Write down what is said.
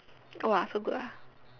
!wah! so good ah